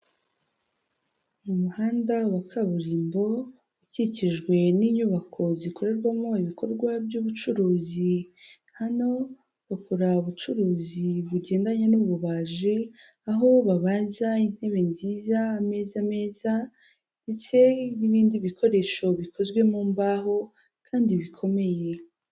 Mu muhanda wa kaburimbo, ukikijwe n'inyubako zikorerwamo ibikorwa by'ubucuruzi, hano bakora ubucuruzi bugendanye n'ububaji, aho babaza intebe nziza, ameza meza ndetse n'ibindi bikoresho bikozwe mu mbaho kandi bikomeye.